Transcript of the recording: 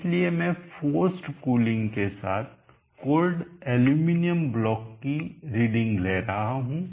इसलिए मैं forced cooling के साथ कोल्ड एल्यूमीनियम ब्लॉक की रीडिंग ले रहा हूं